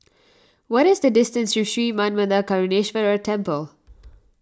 what is the distance to Sri Manmatha Karuneshvarar Temple